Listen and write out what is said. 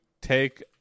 take